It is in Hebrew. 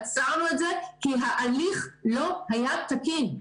עצרנו את זה כי ההליך לא היה תקין.